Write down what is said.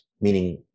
meaning